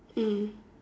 mm